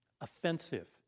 Offensive